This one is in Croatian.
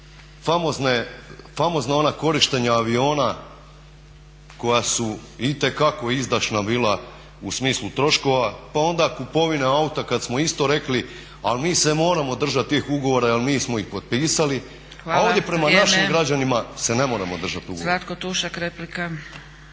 famozna ona korištenja aviona koja su itekako izdašna bila u smislu troškova, pa onda kupovine auta kad smo isto rekli ali mi se moramo držati tih ugovora jer mi smo ih potpisali. …/Upadica Zgrebec: Hvala. Vrijeme./… A ovdje prema našim građanima se ne moramo držati ugovora.